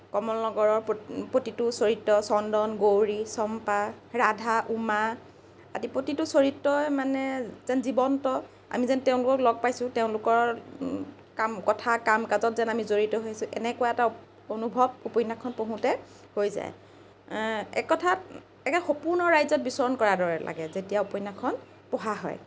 কমলনগৰৰ প প্ৰতিটো চৰিত্ৰ চন্দন গৌৰী চম্পা ৰাধা উমা আদি প্ৰতিটো চৰিত্ৰই মানে যেন জীৱন্ত আমি যেন তেওঁলোকক লগ পাইছোঁ তেওঁলোকৰ কাম কথা কাম কাজত যেন আমি জড়িত হৈ আছোঁ এনেকুৱা এটা অনুভৱ উপন্যাসখন পঢ়োঁতে হৈ যায় এক কথাত একে সপোনৰ ৰাজ্যত বিচৰণ কৰাৰ দৰে লাগে যেতিয়া উপন্যাসখন পঢ়া হয়